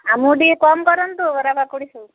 ଆମକୁ ଟିକେ କମ୍ କରନ୍ତୁ ବରା ପକୁଡ଼ି ସବୁ